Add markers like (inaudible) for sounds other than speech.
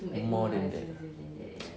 more than that ah (noise)